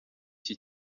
iki